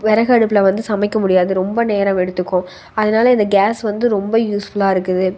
விறகடுப்புல வந்து சமைக்க முடியாது ரொம்ப நேரம் எடுத்துக்கும் அதனால் இந்த கேஸ் வந்து ரொம்ப யூஸ்ஃபுல்லாக இருக்குது